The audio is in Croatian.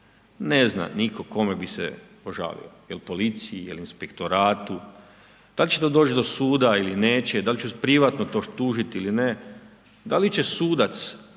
ne za nitko kome bi se požalio. Jel policiji, jel inspektoratu, da li će to doći do suda ili neće, da li će privatno to tužiti ili ne, dal i će sudac